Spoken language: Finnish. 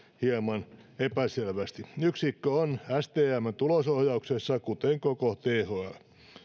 hieman epäselvästi yksikkö on stmn tulosohjauksessa kuten koko thl